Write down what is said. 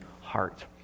heart